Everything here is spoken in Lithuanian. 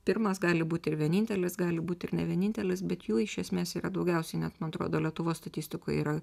pirmas gali būti ir vienintelis gali būti ir nevienintelis bet jų iš esmės yra daugiausiai net man atrodo lietuvos statistikoj yra